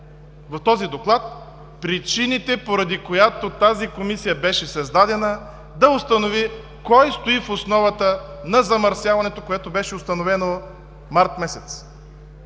в този Доклад причините, поради които тази Комисия беше създадена – да установи кой стои в основата на замърсяването, което беше установено март месец.